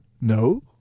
No